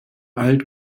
alt